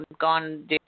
gone